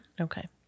Okay